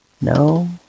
No